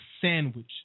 sandwich